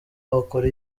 wakora